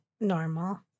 normal